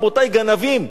רבותי, גנבים.